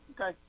okay